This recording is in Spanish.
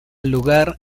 lugar